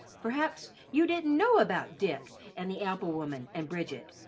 perhaps you didn't know about dick and the apple-woman and bridget.